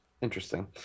interesting